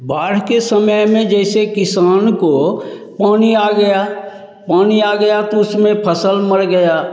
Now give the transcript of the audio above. बाढ़ के समय में जैसे किसान को पानी आ गया पानी आ गया तो उसमें फ़सल मर गया